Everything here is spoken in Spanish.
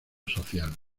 social